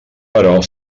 però